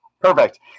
Perfect